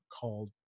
called